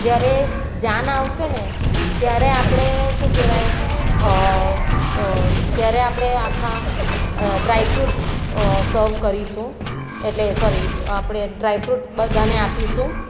જ્યારે જાન આવશે ને ત્યારે આપણે શું કહેવાય ત્યારે આપણે આખા ડ્રાય ફ્રૂટસ સર્વ કરીશું એટલે સોરી આપણે ડ્રાય ફ્રૂટ બધાને આપીશું